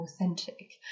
authentic